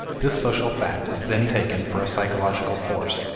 this social fact is then taken for a psychological force,